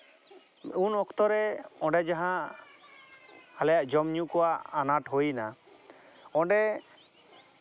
ᱩᱱ ᱚᱠᱛᱚ ᱨᱮ ᱚᱸᱰᱮ ᱡᱟᱦᱟᱸ ᱟᱞᱮᱭᱟᱜ ᱡᱚᱢᱼᱧᱩ ᱠᱚᱣᱟᱜ ᱟᱱᱟᱴ ᱦᱩᱭᱱᱟ ᱚᱸᱰᱮ